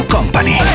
Company